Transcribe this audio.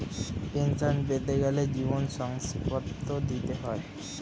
pension পেতে গেলে জীবন শংসাপত্র দিতে হয়